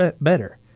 better